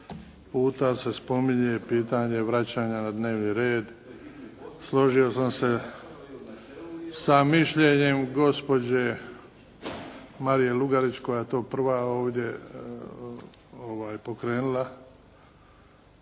puta se spominje i pitanje i vraćanja na dnevni red. Složio sam se sa mišljenjem gospođe Marije Lugarić koja je to prva ovdje pokrenula.